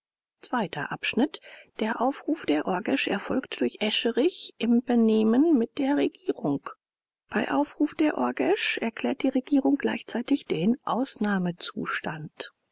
der aufruf der orgesch erfolgt durch escherich im benehmen mit der regierung bei aufruf der orgesch erklärt die regierung gleichzeitig den ausnahmezustand